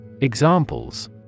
Examples